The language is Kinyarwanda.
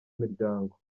miryango